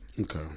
Okay